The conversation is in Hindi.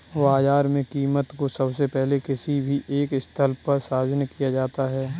बाजार में कीमत को सबसे पहले किसी भी एक स्थल पर सार्वजनिक किया जाता है